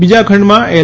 બીજા ખંડમાં એલ